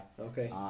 Okay